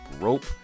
rope